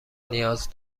نیاز